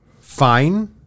fine